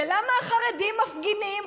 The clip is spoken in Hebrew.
ולמה החרדים מפגינים.